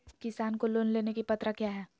किसान को लोन लेने की पत्रा क्या है?